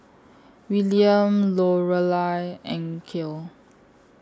William Lorelai and Kale